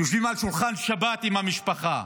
יושבים בשולחן שבת עם המשפחה.